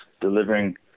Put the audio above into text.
delivering